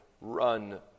run